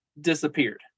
disappeared